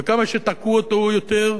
וכמה שתקעו אותו יותר,